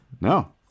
No